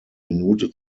minute